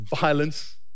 violence